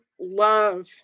love